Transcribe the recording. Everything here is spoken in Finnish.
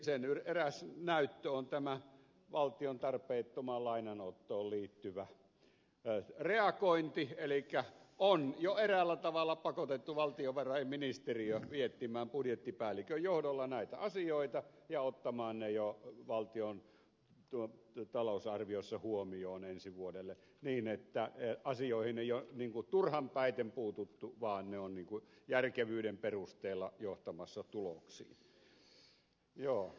siitä eräs näyttö on tämä valtion tarpeettomaan lainanottoon liittyvä reagointi elikkä on jo eräällä tavalla pakotettu valtiovarainministeriö miettimään budjettipäällikön johdolla näitä asioita ja ottamaan ne jo valtion talousarviossa huomioon ensi vuodelle niin että asioihin ei ole turhan päiten puututtu vaan ne ovat järkevyyden perusteella johtamassa tuloksiin